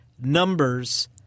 numbers